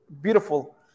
beautiful